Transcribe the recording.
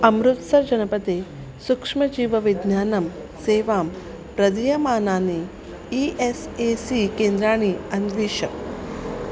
अमृत्सर् जनपदे सूक्ष्मजीवविज्ञानं सेवां प्रदीयमानानि ई एस् ए सी केन्द्राणि अन्विष